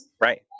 Right